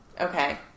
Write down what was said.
Okay